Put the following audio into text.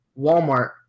Walmart